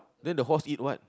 then the horse eat what